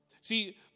See